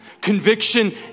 Conviction